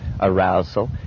arousal